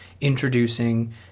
introducing